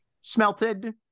smelted